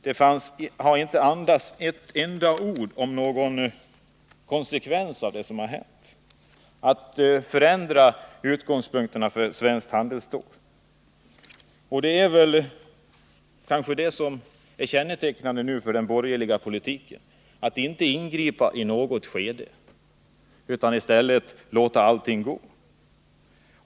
Det har inte andats ett enda ord om någon konsekvens av det som har hänt — att förändra utgångspunkterna för svenskt handelsstål. Det är kanske detta som är kännetecknande för den borgerliga politiken att inte ingripa i något skede utan i stället låta allting gå.